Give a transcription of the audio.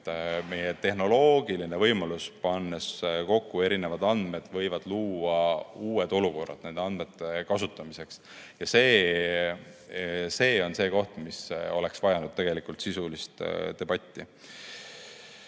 Meie tehnoloogiline võimalus, pannes kokku erinevad andmed, võib luua uued olukorrad nende andmete kasutamiseks. See on see koht, mis oleks vajanud tegelikult sisulist debatti.